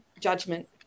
judgment